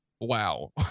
wow